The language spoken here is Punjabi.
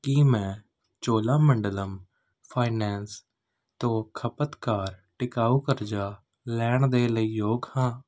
ਕੀ ਮੈਂ ਚੋਲਾਮੰਡਲਮ ਫਾਈਨੈਂਸ ਤੋਂ ਖਪਤਕਾਰ ਟਿਕਾਊ ਕਰਜ਼ਾ ਲੈਣ ਦੇ ਲਈ ਯੋਗ ਹਾਂ